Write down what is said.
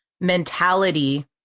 mentality